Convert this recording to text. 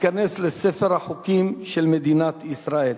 ותיכנס לספר החוקים של מדינת ישראל,